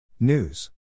News